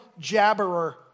jabberer